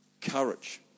Courage